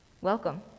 Welcome